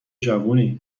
جوونی